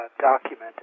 documented